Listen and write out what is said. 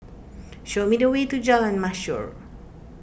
show me the way to Jalan Mashhor